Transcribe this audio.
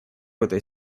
этой